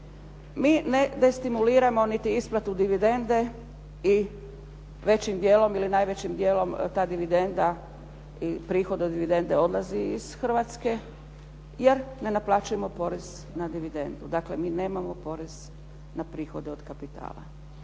Mi ne destimuliramo niti isplatu dividende i većim dijelom ili najvećim dijelom ta dividenda i prihod od dividende odlazi iz Hrvatske jer ne naplaćujemo porez na dividendu. Dakle, mi nemamo porez na prihode od kapitala.